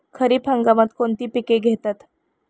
खरीप हंगामात कोणती पिके घेतात?